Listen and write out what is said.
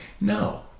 No